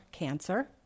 cancer